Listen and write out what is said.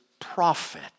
prophet